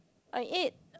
I ate